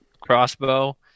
crossbow